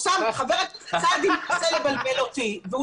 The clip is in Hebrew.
חבר הכנסת סעדי מנסה לבלבל אותי והוא